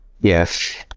Yes